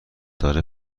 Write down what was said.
داره